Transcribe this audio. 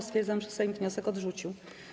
Stwierdzam, że Sejm wniosek odrzucił.